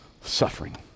suffering